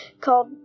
called